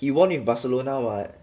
he won with barcelona [what]